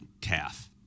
calf